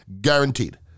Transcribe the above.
Guaranteed